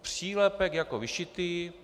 Přílepek jako vyšitý!